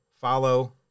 follow